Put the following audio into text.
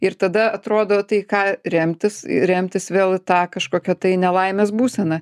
ir tada atrodo tai ką remtis remtis vėl į tą kažkokią tai nelaimės būseną